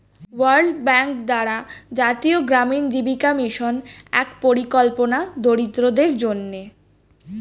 world bank দ্বারা জাতীয় গ্রামীণ জীবিকা মিশন এক পরিকল্পনা দরিদ্রদের জন্যে